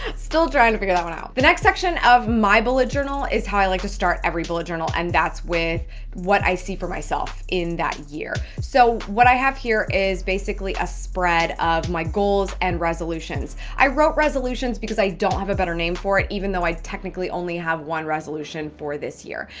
still trying to figure that one out. the next section of my bullet journal is how i like to start every bullet journal, and that's with what i see for myself in that year. so what i have here is basically a spread of my goals and resolutions. i wrote resolutions because i don't have a better name for it, even though i technically only have one resolution for this year.